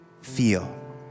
feel